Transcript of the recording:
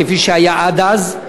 כפי שהיה עד אז,